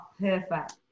perfect